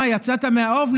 מה, יצאת מהאוב?